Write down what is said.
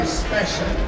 special